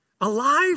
Alive